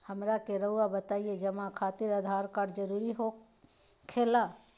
हमरा के रहुआ बताएं जमा खातिर आधार कार्ड जरूरी हो खेला?